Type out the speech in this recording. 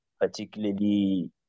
particularly